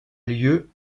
lieu